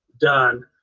done